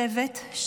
צוות,